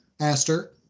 Aster